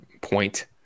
point